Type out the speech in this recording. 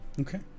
Okay